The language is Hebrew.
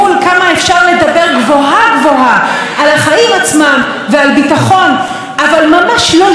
אבל ממש לא לראות ממטר את החיים של חצי מהאוכלוסייה במדינה הזאת.